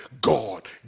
God